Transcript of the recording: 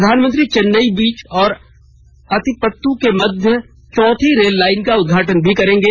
प्रधानमंत्री चेन्नई बीच और अत्तिपत्तू के मध्य चौथी रेल लाइन का उद्घाटन भी करेंगे